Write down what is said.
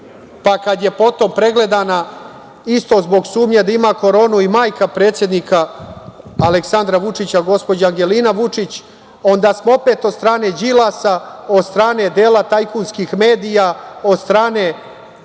pa, kad je potom pregledana isto zbog sumnje da ima koronu, i majka predsednika Aleksandra Vučića, gospođa Angelina Vučić. Onda smo opet od strane Đilasa, od strane dela tajkunskih medija, od strane